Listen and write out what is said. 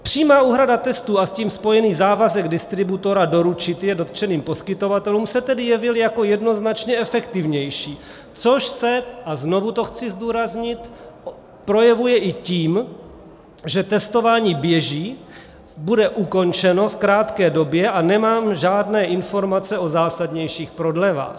Přímá úhrada testů a s tím spojený závazek distributora doručit je dotčeným poskytovatelům se tedy jevil jako jednoznačně efektivnější, což se, a znovu to chci zdůraznit, projevuje i tím, že testování běží, bude ukončeno v krátké době, a nemám žádné informace o zásadnějších prodlevách.